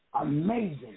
Amazing